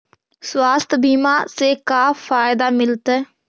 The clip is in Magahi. स्वास्थ्य बीमा से का फायदा मिलतै?